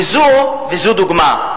וזו דוגמה.